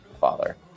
father